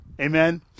Amen